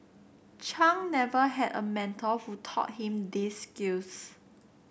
Chung never had a mentor who taught him these skills